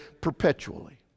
perpetually